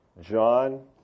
John